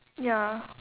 ya